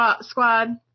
Squad